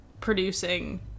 producing